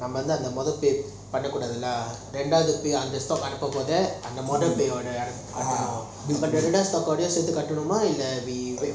வந்து அந்த மோதல்:vanthu antha mothal pay பண்ண குடத்துல ரெண்டாவுது:panna kudathula rendavuthu pay அந்த:antha stock அனுப்பு போது அந்த மோதல்:anupu bothu antha mothal pay ஓட அனுப்பனும் அந்த ரெண்டாவுது:ooda anupanum antha rendavuthu stock ooda kaatanuma ஓட காட்டணுமா: